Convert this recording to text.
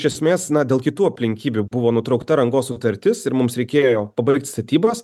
iš esmės na dėl kitų aplinkybių buvo nutraukta rangos sutartis ir mums reikėjo pabaigt statybas